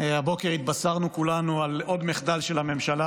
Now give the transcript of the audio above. הבוקר התבשרנו כולנו על עוד מחדל של הממשלה,